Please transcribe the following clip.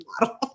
model